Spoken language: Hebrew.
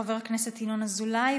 חבר הכנסת ינון אזולאי,